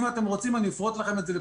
אם אתם רוצים אני אפרוט לכם את זה לפרוטות.